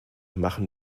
machen